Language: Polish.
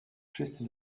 wszyscy